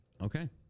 Okay